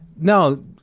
No